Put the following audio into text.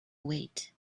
wait